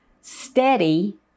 steady